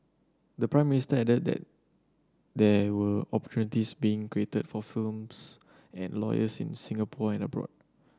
the Prime Minister added that there were opportunities being created for firms and lawyers in Singapore and abroad